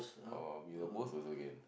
or Mee-Rebus also can